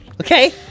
Okay